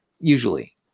Usually